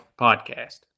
podcast